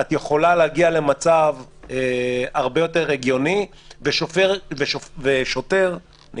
את יכולה להגיע למצב הרבה יותר הגיוני ושוטר כן